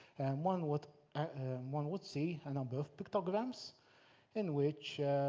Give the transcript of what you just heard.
one would and one would see a number of pictograms in which